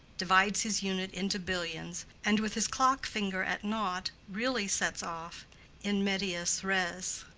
divides his unit into billions, and with his clock-finger at nought really sets off in medias res.